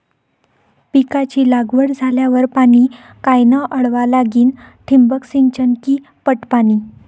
पिकाची लागवड झाल्यावर पाणी कायनं वळवा लागीन? ठिबक सिंचन की पट पाणी?